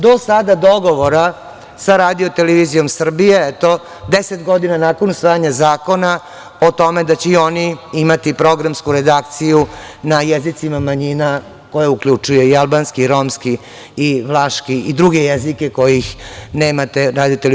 Do sada dogovora sa RTS, eto 10 godina nakon usvajanja zakona o tome da će i oni imati programsku redakciju na jezicima manjina, koja uključuje i albanski, i romski, i vlaški i druge jezike kojih nemate na RTV.